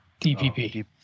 DPP